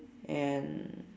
and